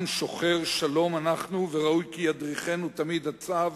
עם שוחר שלום אנחנו, וראוי כי ידריכנו תמיד הצו: